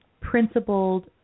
principled